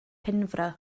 penfro